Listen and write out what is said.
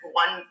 one